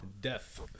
Death